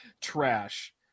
Trash